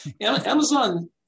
Amazon